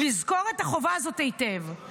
לזכור את החובה הזאת היטב.